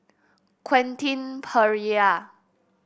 Quentin Pereira